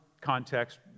context